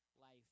life